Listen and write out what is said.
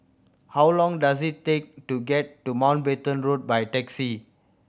how long does it take to get to Mountbatten Road by taxi